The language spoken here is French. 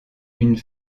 une